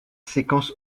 séquence